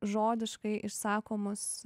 žodiškai išsakomus